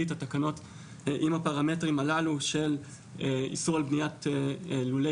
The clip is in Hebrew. את התקנות עם הפרמטרים הללו של איסור על בניית לולי